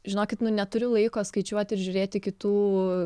žinokit nu neturiu laiko skaičiuoti ir žiūrėti kitų